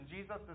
Jesus